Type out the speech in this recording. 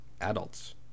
adults